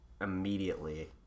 immediately